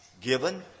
given